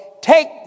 take